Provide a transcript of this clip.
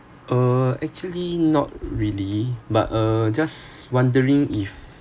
uh actually not really but uh just wondering if